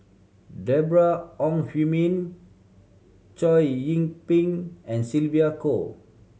Deborah Ong Hui Min Chow Yian Ping and Sylvia Kho